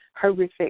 horrific